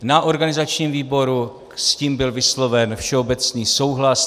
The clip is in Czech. Na organizačním výboru s tím byl vysloven všeobecný souhlas.